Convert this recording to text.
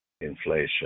Inflation